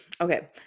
Okay